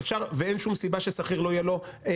אין שום סיבה שלשכיר לא יהיה ביטוח